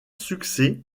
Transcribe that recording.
succès